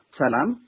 Salam